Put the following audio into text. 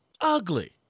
ugly